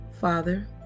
Father